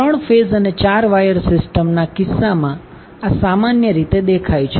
3 phase અને 4 wire system ના કિસ્સામાં આ સામાન્ય રીતે દેખાય છે